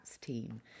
team